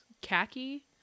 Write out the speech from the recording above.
khaki